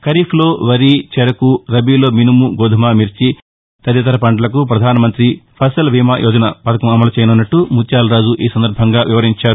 ఖరీఫ్లో వరి చెరకు రబీలో మినుము గోధుమ మిర్చి తదితర పంటలకు ప్రధాన మంత్రి ఫసల్ భీమా యోజన పథకం అమలు చేయనున్నట్లు ముత్యాలరాజు తెలిపారు